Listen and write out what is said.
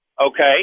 Okay